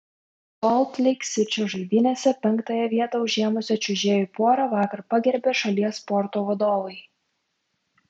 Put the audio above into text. solt leik sičio žaidynėse penktąją vietą užėmusią čiuožėjų porą vakar pagerbė šalies sporto vadovai